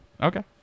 Okay